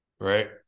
Right